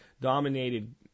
dominated